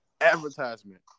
advertisement